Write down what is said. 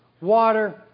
water